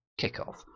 kickoff